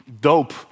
dope